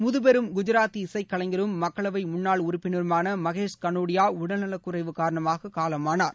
முதுபெரும் குஜாத்தி இசைக் கலைஞரும் மக்களவை முன்னாள் உறுப்பினருமான மகேஷ் கனோடியா உடல் நலக்குறைவு காரணமாக காலமானார்